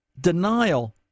Denial